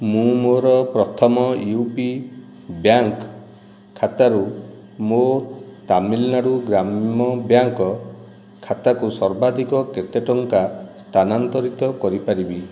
ମୁଁ ମୋର ପ୍ରଥମ ୟୁ ପି ବ୍ୟାଙ୍କ ଖାତାରୁ ମୋ ତାମିଲନାଡ଼ୁ ଗ୍ରାମ ବ୍ୟାଙ୍କ ଖାତାକୁ ସର୍ବାଧିକ କେତେ ଟଙ୍କା ସ୍ଥାନାନ୍ତରିତ କରିପାରିବି